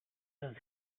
does